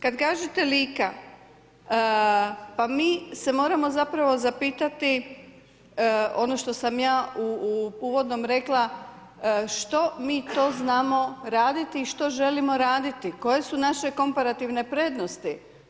Kad kažete Lika, pa mi se moramo zapravo zapitati ono što sam ja u uvodnom rekla što mi to znamo raditi i što želimo raditi, koje su naše komparativne prednosti.